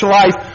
life